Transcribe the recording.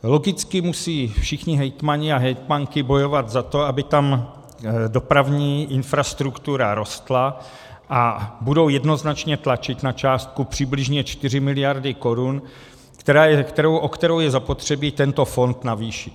Logicky musí všichni hejtmani a hejtmanky bojovat za to, aby tam dopravní infrastruktura rostla, a budou jednoznačně tlačit na částku přibližně 4 miliardy korun, o kterou je zapotřebí tento fond navýšit.